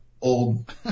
old